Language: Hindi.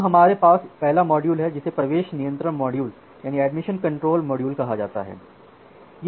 अब हमारे पास पहला मॉड्यूल है जिसे प्रवेश नियंत्रण मॉड्यूल कहा जाता है